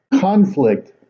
conflict